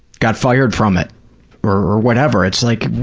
got fired from it or whatever, it's like,